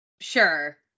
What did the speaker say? Sure